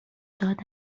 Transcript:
دادن